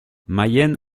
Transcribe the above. mayenne